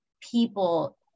people